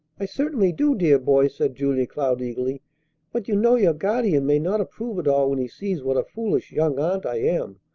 i certainly do, dear boy, said julia cloud eagerly but you know your guardian may not approve at all when he sees what a foolish young aunt i am,